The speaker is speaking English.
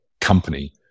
company